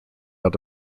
out